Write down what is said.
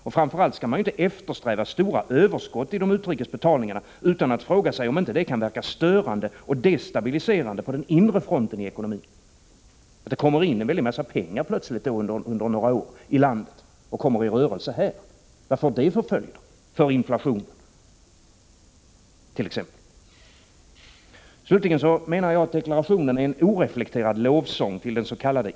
Och framför allt skall man inte eftersträva stora överskott i de utrikes betalningarna utan att fråga sig om inte det kan verka störande och destabiliserande på den inre fronten i ekonomin om det under några år kommer in en väldig mängd pengar i landet som kommer i rörelse här. Vilka följder får det för t.ex. inflationen? Slutligen är deklarationen enligt min mening en oreflekterad lovsång till dens.k.